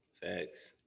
Facts